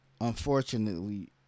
unfortunately